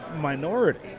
minority